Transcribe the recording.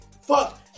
Fuck